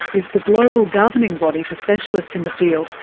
is the global governing body for specialists in the field.